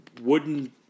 wooden